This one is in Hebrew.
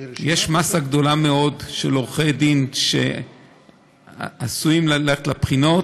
יש מאסה גדולה מאוד של עורכי דין שעשויים ללכת לבחינות,